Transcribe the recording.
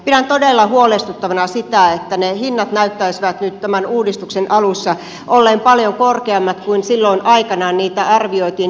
pidän todella huolestuttavana sitä että ne hinnat näyttäisivät nyt tämän uudistuksen alussa olleen paljon korkeammat kuin silloin aikanaan kun niitä arvioitiin